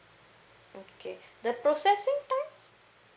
okay the processing time